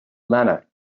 lenna